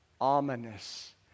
ominous